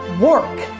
Work